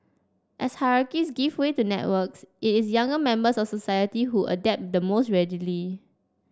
as hierarchies give way to networks it is younger members of society who adapt the most readily